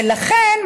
ולכן,